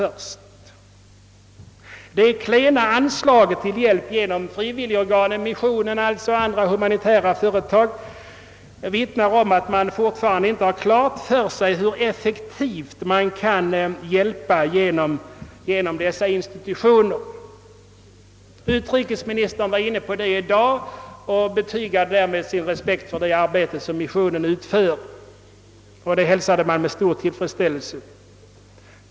Det klena anslaget till hjälp genom frivilligorganisationen missionen och andra humanitära företag vittnar om att man fortfarande inte har klart för sig hur effektivt man kan hjälpa genom dessa institutioner. Utrikesministern var i dag inne på detta och betygade sin respekt för det arbete som missionen utför, vilket jag hälsade med stor tillfredsställelse.